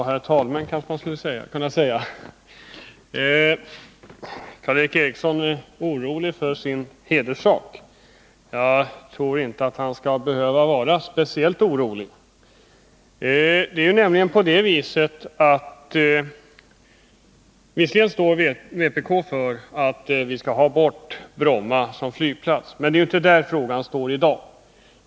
Herr talman! Karl Erik Eriksson är orolig för sin heder. Men jag tycker inte att han skall behöva vara speciellt orolig. Visserligen vill vpk att Bromma flygplats skall bort, men det är inte det frågan främst gäller.